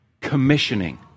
Commissioning